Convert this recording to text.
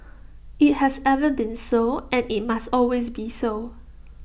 IT has ever been so and IT must always be so